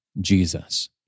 Jesus